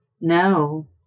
No